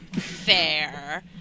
Fair